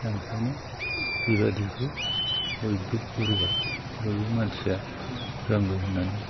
दा ओंखायनो बेबादिखौ बयबो गुरुआ बयबो मानसिया रोंगौ होननानै